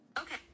Okay